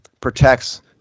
protects